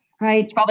Right